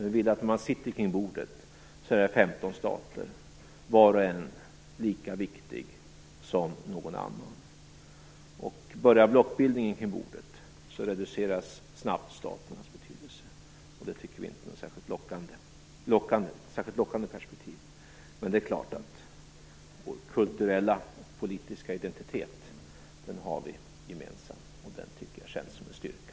Vi vill att det skall vara 15 stater runt bordet, var och en lika viktig som någon annan. Börjar blockbildningen kring bordet reduceras staternas betydelse snabbt. Det tycker vi inte är något särskilt lockande perspektiv. Men det är klart att vi har vår kulturella och politiska identitet gemensamt, och den tycker jag känns som en styrka.